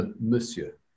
monsieur